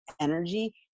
energy